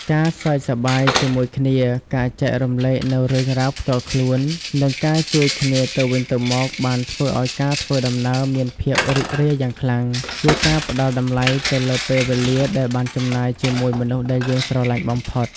ការសើចសប្បាយជាមួយគ្នា ការចែករំលែកនូវរឿងរ៉ាវផ្ទាល់ខ្លួន និងការជួយគ្នាទៅវិញទៅមកបានធ្វើឱ្យការធ្វើដំណើរមានភាពរីករាយយ៉ាងខ្លាំង ជាការផ្តល់តម្លៃទៅលើពេលវេលាដែលបានចំណាយជាមួយមនុស្សដែលយើងស្រឡាញ់បំផុត។